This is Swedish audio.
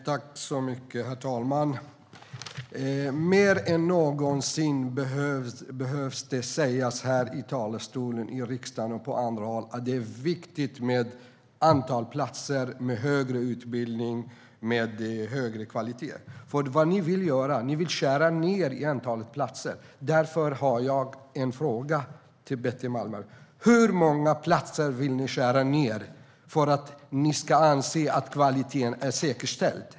Herr talman! Mer än någonsin behöver det sägas här i riksdagen och på andra håll att det är viktigt med antalet platser i högre utbildning med högre kvalitet. Vad ni vill göra är att skära ned antalet platser. Därför har jag en fråga till Betty Malmberg: Hur många platser vill ni skära ned för att ni ska anse att kvaliteten är säkerställd?